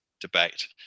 debate